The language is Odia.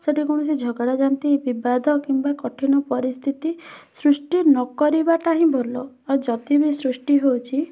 ସେଇଠି କୌଣସି ଝଗଡ଼ା ଝାଟି ବିବାଦ କିମ୍ବା କଠିନ ପରିସ୍ଥିତି ସୃଷ୍ଟି ନ କରିବାଟା ହିଁ ଭଲ ଆଉ ଯଦି ବି ସୃଷ୍ଟି ହେଉଛି